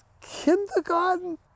kindergarten